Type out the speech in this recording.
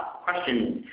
question.